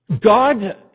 God